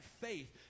faith